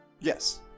Yes